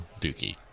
Dookie